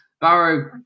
Barrow